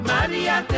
Maria